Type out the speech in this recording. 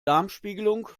darmspiegelung